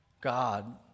god